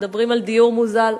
מדברים על דיור מוזל,